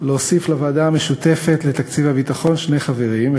להוסיף לוועדה המשותפת לתקציב הביטחון שני חברים,